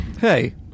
Hey